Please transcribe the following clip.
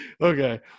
Okay